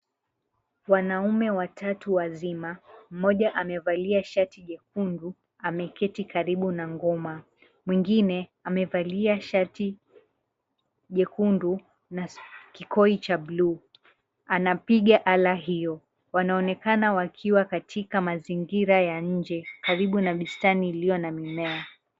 Wanaume watatu wa zima mmoja amevalia shati jekundu ameketi karibu na ngoma, mwingine amevalia shati jekundu na kikoi cha bluu, anapiga ala hiyo. Wanaonekana wakiwa katika mazingira ya nje karibu na bustani iliyo na mimea.